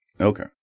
Okay